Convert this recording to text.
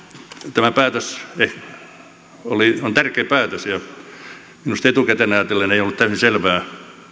tämä päätös on tärkeä päätös ja minusta etukäteen ajatellen ei ollut täysin selvää